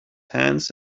hands